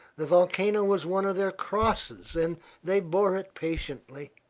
the volcano was one of their crosses, and they bore it patiently.